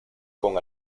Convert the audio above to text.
con